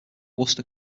worcester